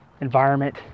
environment